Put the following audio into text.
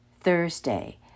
Thursday